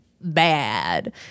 bad